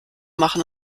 machen